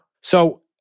So-